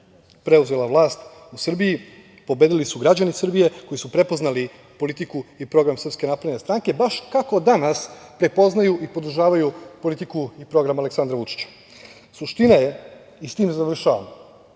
preuzela vlast u Srbiji. Pobedili su građani Srbije koji su prepoznali politiku i program SNS, baš kako danas prepoznaju i podržavaju politiku i program Aleksandra Vučića. Suština je, i s time završavam,